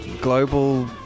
global